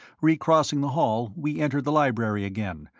re-crossing the hall, we entered the library again,